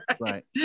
Right